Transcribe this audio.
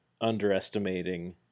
underestimating